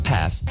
Pass